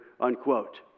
unquote